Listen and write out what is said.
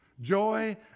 Joy